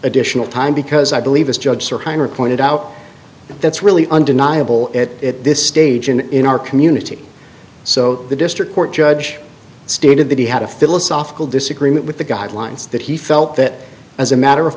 additional time because i believe this judge pointed out that's really undeniable at this stage and in our community so the district court judge stated that he had a philosophical disagreement with the guidelines that he felt that as a matter of